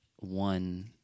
one